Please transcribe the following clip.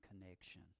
connection